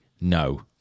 no